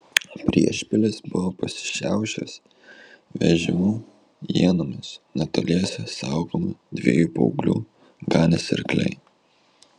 priešpilis buvo pasišiaušęs vežimų ienomis netoliese saugomi dviejų paauglių ganėsi arkliai